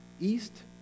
east